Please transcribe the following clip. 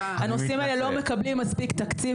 הנושאים האלה לא מקבלים מספיק תקציב,